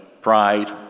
pride